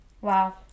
Wow